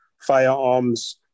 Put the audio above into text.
firearms